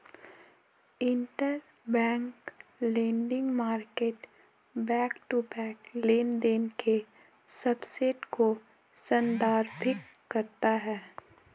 interbank lending market back to back लेनदेन के subset को संदर्भित करता है